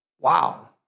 Wow